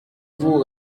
vous